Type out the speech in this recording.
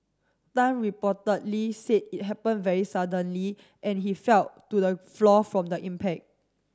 tan reportedly said it happened very suddenly and he fell to the floor from the impact